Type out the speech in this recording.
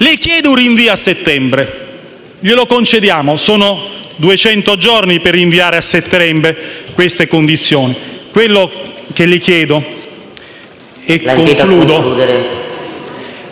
Le concedo un rinvio a settembre; glielo concediamo, sono duecento giorni per rinviare a settembre queste condizioni. Quello che chiedo - e con questo